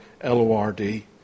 L-O-R-D